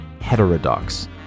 heterodox